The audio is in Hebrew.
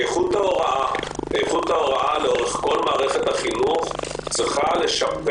איכות ההוראה לאורך כל מערכת החינוך צריכים לשפר